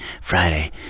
Friday